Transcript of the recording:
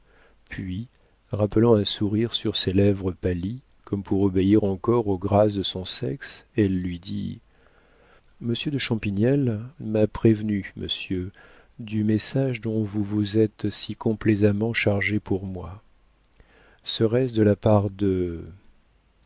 puis rappelant un sourire sur ses lèvres pâlies comme pour obéir encore aux grâces de son sexe elle lui dit monsieur de champignelles m'a prévenue monsieur du message dont vous vous êtes si complaisamment chargé pour moi serait-ce de la part de